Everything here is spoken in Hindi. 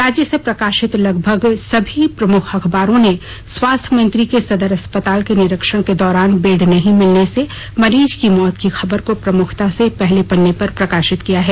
राज्य से प्रकाशित लगभग सभी प्रमुख अखबारों ने स्वास्थ्य मंत्री के सदर अस्पताल के निरीक्षण के दौरान बेड नहीं मिलने से मरीज की मौत की खबर को प्रमुखता से पहले पन्ने पर प्रकाशित किया है